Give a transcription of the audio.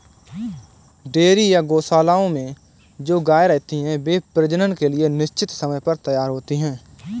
dairy या गोशालाओं में जो गायें रहती हैं, वे प्रजनन के लिए निश्चित समय पर तैयार होती हैं